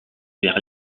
vers